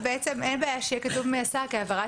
אין בעיה שיהיה כתוב מי השר כי העברת